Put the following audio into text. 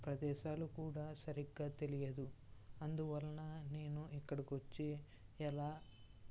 ప్రదేశాలు కూడా సరిగ్గా తెలియదు అందువల్ల నేను ఇక్కడికోచ్చి ఎలా